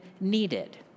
needed